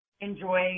enjoy